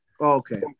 Okay